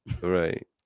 Right